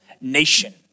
nation